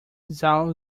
xiao